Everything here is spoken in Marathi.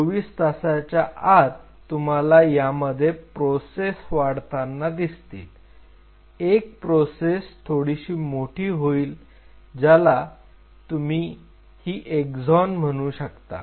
24 तासाच्या आत तुम्हाला त्यामध्ये प्रोसेस वाढताना दिसतील एक प्रोसेस थोडीशी मोठी होईल ज्याला तुम्ही ही एक्झोन म्हणू शकता